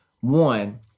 One